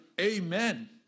Amen